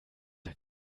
der